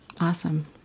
Awesome